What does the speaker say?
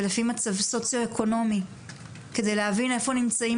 ולפי מצב סוציו-אקונומי כדי להבין איפה נמצאים